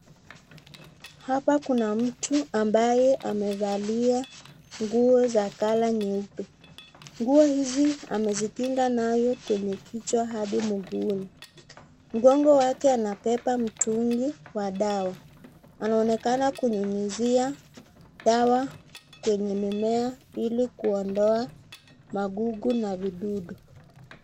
Hapa Kuna mtu ambaye amevalia nguo za color nyeupe. Nguo hizi amejikinga nayo kutoka kichwa hadi mguuni. Mgongo wake anabeba mtungi wa dawa. Anaonekana kunyunyizia dawa kwenye mimea hili kuondoa magugu na midudu.